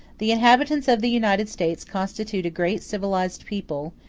the inhabitants of the united states constitute a great civilized people,